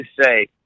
say